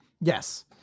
yes